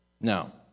Now